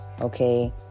okay